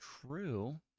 true